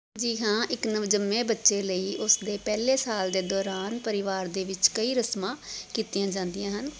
ਜੀ ਹਾਂ ਇੱਕ ਨਵਜੰਮੇ ਬੱਚੇ ਲਈ ਉਸ ਦੇ ਪਹਿਲੇ ਸਾਲ ਦੇ ਦੌਰਾਨ ਪਰਿਵਾਰ ਦੇ ਵਿੱਚ ਕਈ ਰਸਮਾਂ ਕੀਤੀਆਂ ਜਾਂਦੀਆਂ ਹਨ